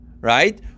right